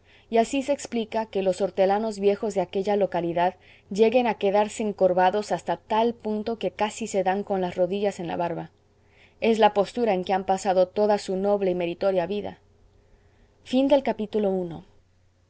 y así se explica que los hortelanos viejos de aquella localidad lleguen a quedarse encorvados hasta tal punto que casi se dan con las rodillas en la barba es la postura en que han pasado toda su noble y meritoria vida ii